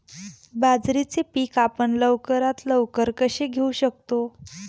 बाजरीचे पीक आपण लवकरात लवकर कसे घेऊ शकतो?